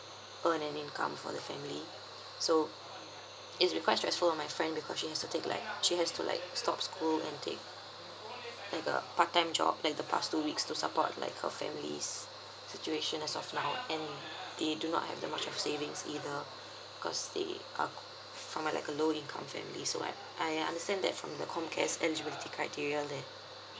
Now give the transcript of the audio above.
earn an income for the family so it's been quite stressful on my friend because she has to take like she has to like stop school and take like a part time job like the past two weeks to support like her family's situation as of now and they do not have that much of savings either because they come from like a low income family so like I uh understand that from the comcare's eligibility criteria they